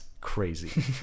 crazy